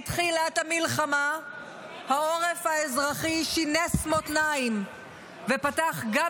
מתחילת המלחמה העורף האזרחי שינס מותניים ופתח גם